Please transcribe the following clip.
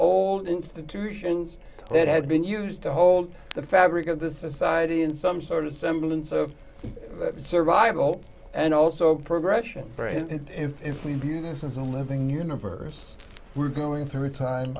old institutions that had been used to hold the fabric of the society in some sort of semblance of survival and also progression if we view this as a living universe we're going through a time